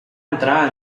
entrar